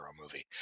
movie